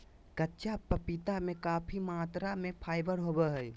कच्चा पपीता में काफी मात्रा में फाइबर होबा हइ